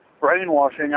brainwashing